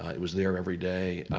it was there every day.